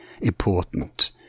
important